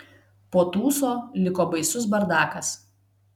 po tūso liko baisus bardakas